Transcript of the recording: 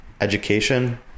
education